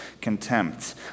contempt